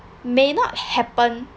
may not happen